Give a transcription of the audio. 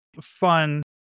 fun